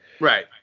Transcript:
Right